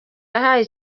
yahaye